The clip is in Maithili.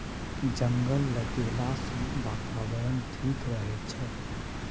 जंगल लगैला सँ बातावरण ठीक रहै छै